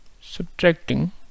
Subtracting